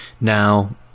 Now